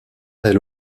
elle